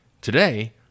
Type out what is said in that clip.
Today